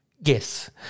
Yes